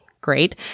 great